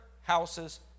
houses